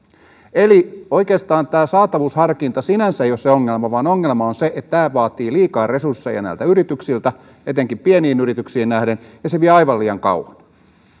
eli oikeastaan tämä saatavuusharkinta sinänsä ei ole se ongelma vaan ongelma on se että tämä vaatii liikaa resursseja näiltä yrityksiltä etenkin pieniltä yrityksiltä ja se vie aivan liian kauan